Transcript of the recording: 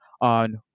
on